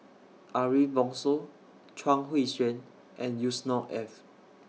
Ariff Bongso Chuang Hui Tsuan and Yusnor Ef